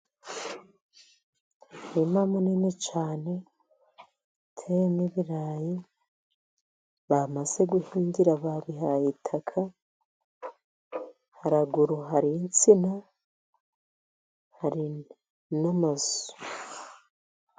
Umurima munini cyane uteyemo ibirayi. Bamaze guhinga, babihaye itaka. Haruguru hari insina, hari n' amazu.